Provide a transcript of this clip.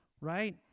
right